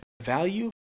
value